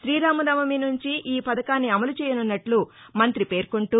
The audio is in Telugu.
తీరామనవమి నుంచి ఈపథకాన్ని అమలు చేయనున్నట్లు మంఁతి పేర్కొంటూ